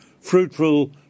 fruitful